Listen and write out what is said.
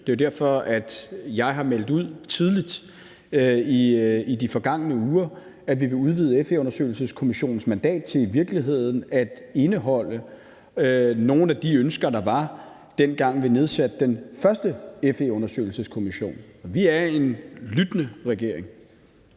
Det er jo derfor, at jeg har meldt ud tidligt i de forgangne uger, at vi vil udvide FE-undersøgelseskommissionens mandat til i virkeligheden at indeholde nogle af de ønsker, der var, dengang vi nedsatte den første FE-undersøgelseskommission. Vi er en lyttende regering.